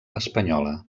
espanyola